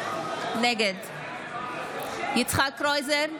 נגד יצחק קרויזר,